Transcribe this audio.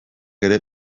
ere